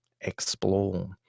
explore